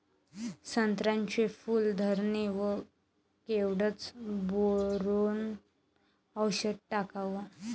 संत्र्याच्या फूल धरणे वर केवढं बोरोंन औषध टाकावं?